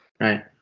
right